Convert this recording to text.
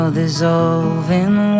dissolving